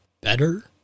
better